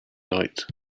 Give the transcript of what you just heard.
night